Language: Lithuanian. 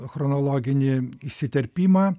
chronologinį įsiterpimą